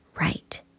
right